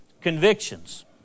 convictions